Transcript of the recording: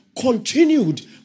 continued